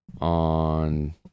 on